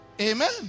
Amen